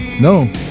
No